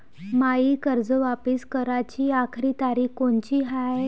मायी कर्ज वापिस कराची आखरी तारीख कोनची हाय?